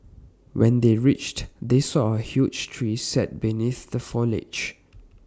when they reached they saw A huge tree and sat beneath the foliage